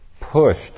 pushed